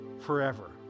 forever